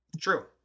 True